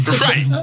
right